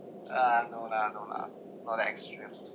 ah no lah no lah not that extreme